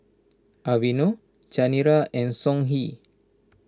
Aveeno Chanira and Songhe